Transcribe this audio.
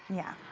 yeah,